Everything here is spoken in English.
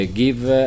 give